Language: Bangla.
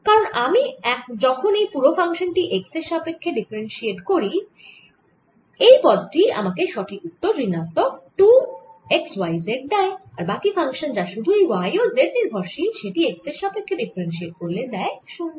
কারণ আমি যখন এই পুরো ফাংশান টি x এর সাপেক্ষ্যে ডিফারেনশিয়েট করি এই প্রথন পদ টিই আমাকে সঠিক উত্তর ঋণাত্মক 2 x y z দেয় আর বাকি ফাংশান যা সুধুই y ও z নির্ভরশীল সেটি x এর সাপেক্ষ্যে ডিফারেনশিয়েট করলে দেয় শূন্য